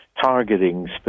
targeting